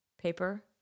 paper